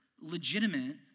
legitimate